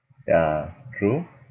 ya true